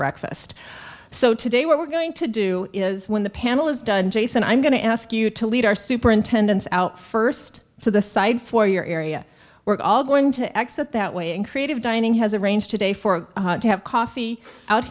breakfast so today we're going to do is when the panel is done jason i'm going to ask you to lead our superintendents out first to the side for your area we're all going to exit that way and creative dining has a range today for it to have coffee out